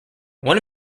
one